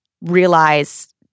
realize